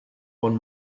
one